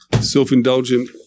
Self-indulgent